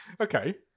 Okay